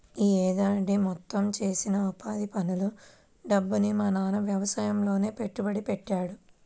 యీ ఏడాది మొత్తం చేసిన ఉపాధి పనుల డబ్బుని మా నాన్న యవసాయంలోనే పెట్టుబడి పెట్టాడు